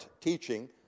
teaching